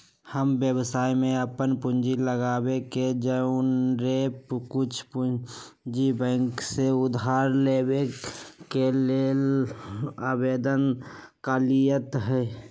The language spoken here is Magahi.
हम व्यवसाय में अप्पन पूंजी लगाबे के जौरेए कुछ पूंजी बैंक से उधार लेबे के लेल आवेदन कलियइ ह